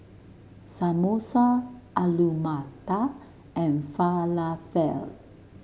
Samosa Alu Matar and Falafel